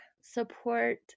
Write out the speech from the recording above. support